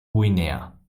guinea